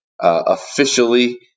officially